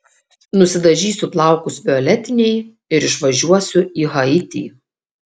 nusidažysiu plaukus violetiniai ir išvažiuosiu į haitį